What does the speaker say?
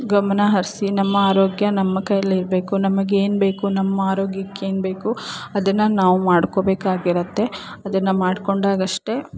ಗಮನ ಹರಿಸಿ ನಮ್ಮ ಆರೋಗ್ಯ ನಮ್ಮ ಕೈಯಲ್ಲಿರಬೇಕು ನಮಗೇನು ಬೇಕು ನಮ್ಮ ಆರೋಗ್ಯಕ್ಕೇನು ಬೇಕು ಅದನ್ನು ನಾವು ಮಾಡ್ಕೊಬೇಕಾಗಿರುತ್ತೆ ಅದನ್ನು ಮಾಡ್ಕೊಂಡಾಗಷ್ಟೇ